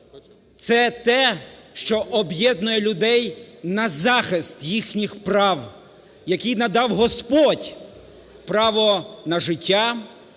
це те, що об'єднує людей на захист їхніх прав, який надав Господь право на життя,